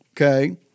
okay